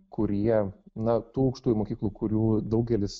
kurie na tų aukštųjų mokyklų kurių daugelis